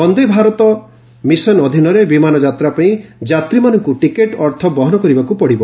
Vande Bharat mission ଅଧୀନରେ ବିମାନ ଯାତ୍ରାପାଇଁ ଯାତ୍ରୀମାନଙ୍କୁ ଟିକେଟ୍ ଅର୍ଥ ବହନ କରିବାକୁ ପଡ଼ିବ